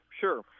Sure